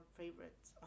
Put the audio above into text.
favorites